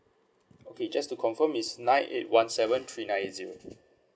okay just to confirm it's nine eight one seven three nine eight zero